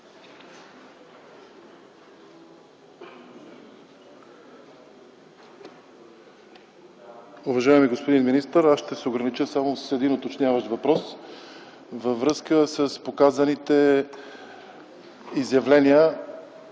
Уважаеми господин министър, ще се огранича само с един уточняващ въпрос във връзка с показаните изявления